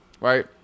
right